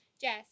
Jess